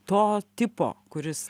to tipo kuris